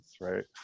Right